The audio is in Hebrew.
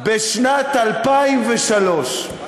בשנת 2003,